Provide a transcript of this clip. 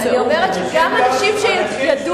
אנשים שהורשעו